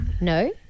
No